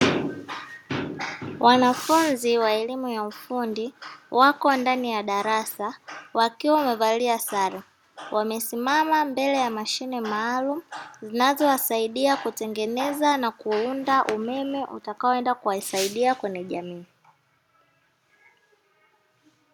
Wanafunzi wa elimu ya ufundi wako ndani ya darasa wakiwa wamevalia sare, wamesimama mbele ya mashine maalumu zinazowasaidia kutengeneza na kuunda umeme, utakaoenda kuwasaidia kwenye jamii.